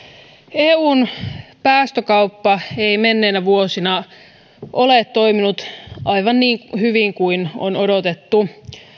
eun päästökauppa ei menneinä vuosina ole toiminut aivan niin hyvin kuin on odotettu